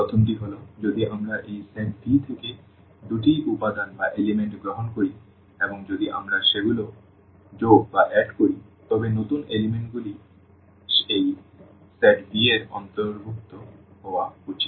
প্রথমটি হল যদি আমরা এই সেট V থেকে দুটি উপাদান গ্রহণ করি এবং যদি আমরা সেগুলো যোগ করি তবে নতুন উপাদানগুলিও এই সেট V এর অন্তর্ভুক্ত হওয়া উচিত